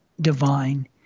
divine